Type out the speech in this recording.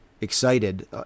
excited